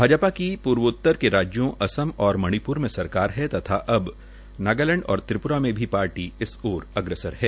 भाजपा की पूर्वोत्तर के राज्यों असम और मणिप्र में सरकार है तथा अब नागालैंड और त्रिप्रा में पार्टी इस ओर अग्रसर है